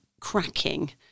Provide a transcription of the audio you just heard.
cracking